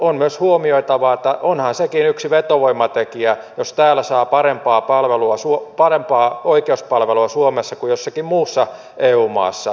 on myös huomioitava että onhan sekin yksi vetovoimatekijä jos täällä suomessa saa parempaa oikeuspalvelua kuin jossakin muussa eu maassa